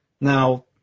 now